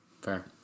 fair